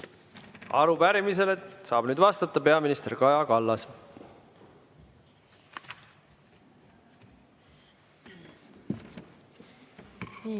Arupärimisele saab nüüd vastata peaminister Kaja Kallas.